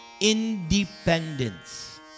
independence